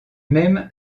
même